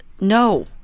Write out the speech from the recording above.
no